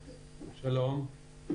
שלום.